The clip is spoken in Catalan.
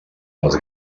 les